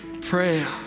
prayer